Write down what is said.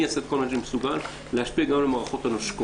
אני אעשה את כל מה שאני מסוגל להשפיע גם על המערכות הנושקות,